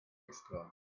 extra